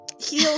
Heal